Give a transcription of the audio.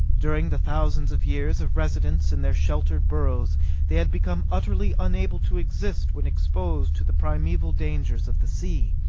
during the thousands of years of residence in their sheltered burrows they had become utterly unable to exist when exposed to the primeval dangers of the sea.